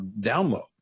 download